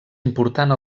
important